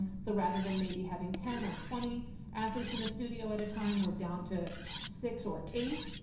so rather than maybe having ten or twenty athletes in a studio at a time we're down to six or eight.